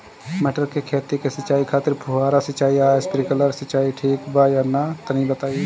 मटर के खेती के सिचाई खातिर फुहारा सिंचाई या स्प्रिंकलर सिंचाई ठीक बा या ना तनि बताई?